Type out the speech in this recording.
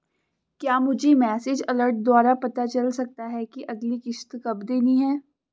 क्या मुझे message alert द्वारा पता चल सकता कि अगली किश्त कब देनी है?